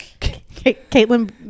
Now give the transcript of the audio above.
Caitlin